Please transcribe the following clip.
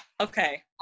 Okay